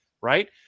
Right